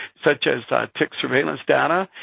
such as tick surveillance data,